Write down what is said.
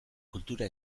kultura